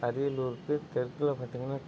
அரியலூர்க்கு தெற்கில் பார்த்தீங்கனா